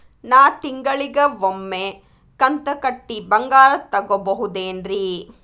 ನಾ ತಿಂಗಳಿಗ ಒಮ್ಮೆ ಕಂತ ಕಟ್ಟಿ ಬಂಗಾರ ತಗೋಬಹುದೇನ್ರಿ?